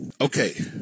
Okay